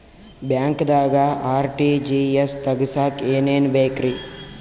ಬ್ಯಾಂಕ್ದಾಗ ಆರ್.ಟಿ.ಜಿ.ಎಸ್ ತಗ್ಸಾಕ್ ಏನೇನ್ ಬೇಕ್ರಿ?